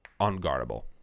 unguardable